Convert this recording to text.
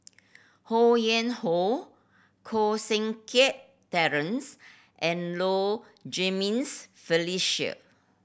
Ho Yuen Hoe Koh Seng Kiat Terence and Low Jimenez Felicia